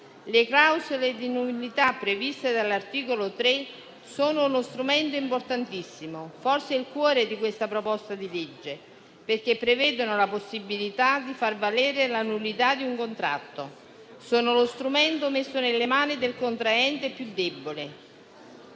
Le clausole di nullità, previste dall'articolo 3, sono uno strumento importantissimo, forse il cuore di questa proposta di legge, perché prevedono la possibilità di far valere la nullità di un contratto. Sono lo strumento messo nelle mani del contraente più debole,